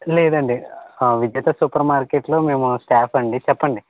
లేదండి విజేత సూపర్ మార్కెట్లో మేము స్టాఫ్ అండి చెప్పండి